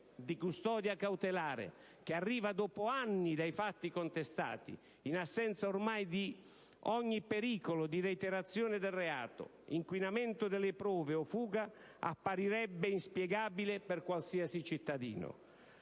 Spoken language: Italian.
di custodia cautelare che arriva dopo anni dai fatti contestati, in assenza ormai di ogni pericolo di reiterazione del reato, inquinamento delle prove o fuga, apparirebbe inspiegabile per qualsiasi cittadino.